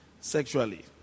sexually